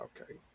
okay